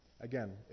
Again